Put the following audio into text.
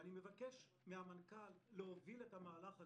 אני מבקש מהמנכ"ל להוביל את המהלך הזה.